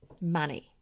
money